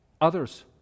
others